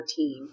2014